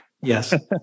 Yes